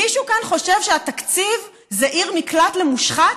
מישהו כאן חושב שהתקציב זה עיר מקלט למושחת?